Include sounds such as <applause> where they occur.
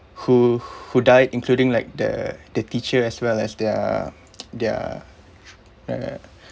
who who died including like the the teacher as well as their <noise> their <noise>